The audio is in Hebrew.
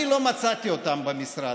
אני לא מצאתי אותם במשרד.